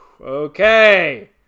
Okay